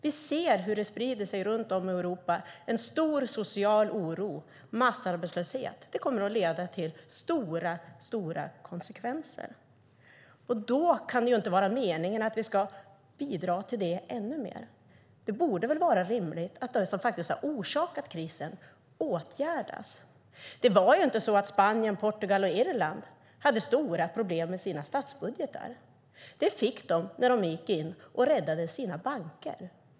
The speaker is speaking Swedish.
Vi ser hur en stor social oro sprider sig i Europa. Massarbetslösheten kommer att få stora konsekvenser. Det kan inte vara meningen att vi ska bidra ännu mer till det. Det borde vara rimligt att det som har orsakat krisen åtgärdas. Det var ju inte så att Spanien, Portugal och Irland hade stora problem med sina statsbudgetar. Det fick de när de gick in och räddade sina banker.